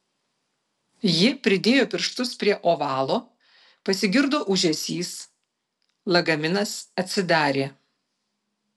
ji pridėjo pirštus prie ovalo pasigirdo ūžesys lagaminas atsidarė